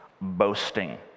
boasting